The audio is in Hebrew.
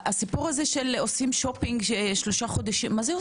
הסיפור הזה שעושים שופינג שלושה חודשים מה זה?